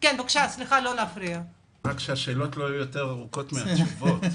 אני מקווה שהשאלות לא תהיינה יותר ארוכות מהתשובות.